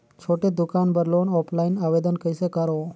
छोटे दुकान बर लोन ऑफलाइन आवेदन कइसे करो?